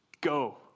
Go